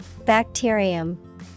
Bacterium